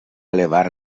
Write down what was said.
elevat